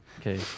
Okay